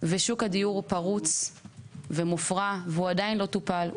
ושוק הדיור הוא פרוץ ומופרע והוא עדיין לא טופל.